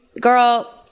girl